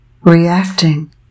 reacting